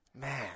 Man